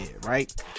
right